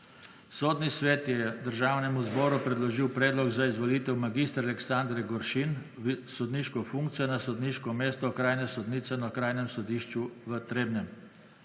Sodni svet je Državnemu zboru predložil predlog za izvolitev mag. Aleksandre Goršin v sodniško funkcijo na sodniško mesto okrajne sodnice na Okrajnem sodišču v Trebnjem.